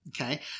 Okay